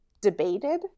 debated